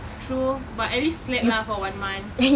true but at least slack lah for one month